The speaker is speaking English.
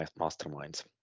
masterminds